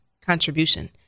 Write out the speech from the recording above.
contribution